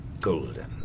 golden